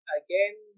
again